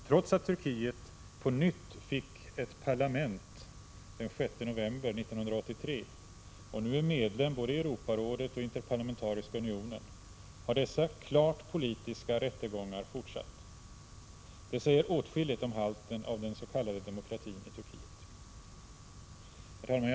Trots att Turkiet på nytt fick ett parlament den 6 november 1983 och nu är medlem i både Europarådet och Interparlamentariska unionen har dessa klart politiska rättegångar fortsatt. Det säger åtskilligt om halten av den s.k. demokratin i Turkiet. Herr talman!